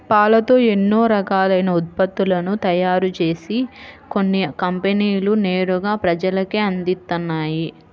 పాలతో ఎన్నో రకాలైన ఉత్పత్తులను తయారుజేసి కొన్ని కంపెనీలు నేరుగా ప్రజలకే అందిత్తన్నయ్